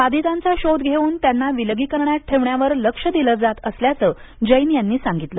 बाधितांचा शोध घेवून त्यांना विलगीकरणात ठेवण्यावर लक्ष दिलं जात असल्याचं जैन यांनी सांगितलं